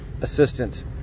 assistant